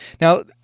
Now